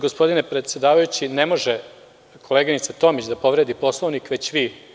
Gospodine predsedavajući, ne može koleginica Tomić da povredi Poslovnik, već vi.